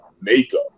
makeup